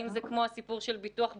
האם זה כמו הסיפור של ביטוח בריאות,